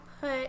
put